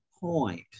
point